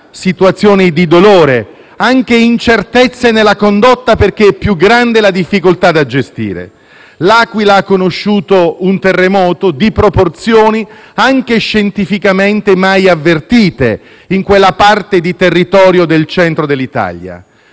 situazioni di dolore e anche incertezze nella condotta, perché è più grande la difficoltà da gestire. L'Aquila ha conosciuto un terremoto di proporzioni anche scientificamente mai avvertite in quella parte di territorio del centro dell'Italia,